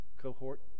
cohort